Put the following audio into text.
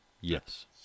Yes